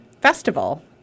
festival